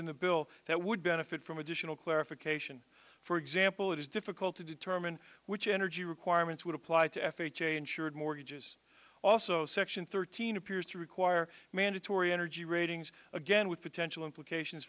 in the bill that would benefit from additional clarification for example it is difficult to determine which energy requirements would apply to f h a insured mortgages also section tina appears to require mandatory energy ratings again with potential implications